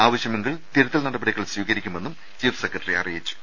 ആവശ്യമെങ്കിൽ തിരുത്തൽ നട പടികൾ സ്വീകരിക്കുമെന്നും ചീഫ് സെക്രട്ടറി അറിയിച്ചു